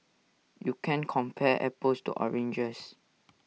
you can't compare apples to oranges